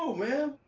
man.